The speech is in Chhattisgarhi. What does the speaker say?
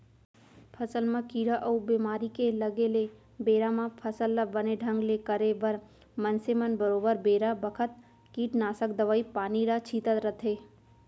फसल म कीरा अउ बेमारी के लगे ले बेरा म फसल ल बने ढंग ले करे बर मनसे मन बरोबर बेरा बखत कीटनासक दवई पानी ल छींचत रथें